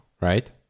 right